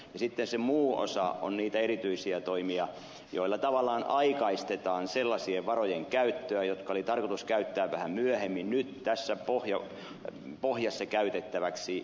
sitten se muu osa on niitä erityisiä toimia joilla tavallaan aikaistetaan sellaisien varojen käyttöä jotka oli tarkoitus käyttää vähän myöhemmin nyt tässä pohjassa käytettäväksi